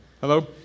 Hello